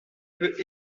peut